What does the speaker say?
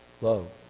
love